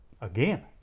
Again